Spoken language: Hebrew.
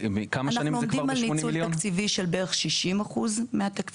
אנחנו עומדים על ניצול תקציבי של בערך 60% מהתקציב.